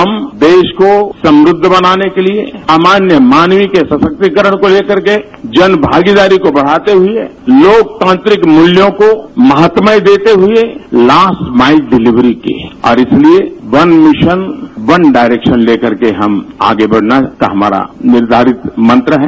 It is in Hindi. हम देश को समुद्ध बनाने के लिए समान्य मानवी के सशक्तिकरण को लेकर के जन भागीदारी को बढ़ाते हुए लोकतांत्रिक मूल्यों को महात्म्य देते हुए लास्ट माईल डिलीवरी की और इसलिए वन मिशन वन डायरेक्शन लेकर के हम आगे बढ़ने का हमारा निर्धारित मंत्र है